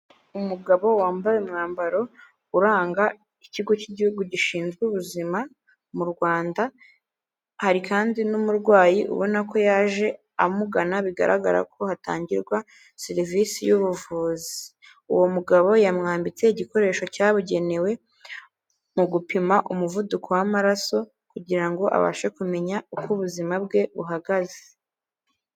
Umugabo wambaye umwambaro uranga ikigo cy'igihugu gishinzwe ubuzima mu Rwanda, hari kandi n'umurwayi ubona ko yaje amugana bigaragara ko hatangirwa serivisi y'ubuvuzi. Uwo mugabo yamwambitse igikoresho cyabugenewe mu gupima umuvuduko w'amaraso kugira ngo abashe kumenya uko ubuzima bwe buhagaze.